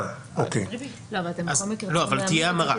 תהיה המרה.